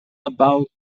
about